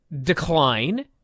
decline